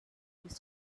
news